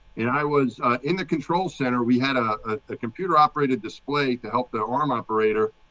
and i was in the control center. we had a computer operated display to help the arm operator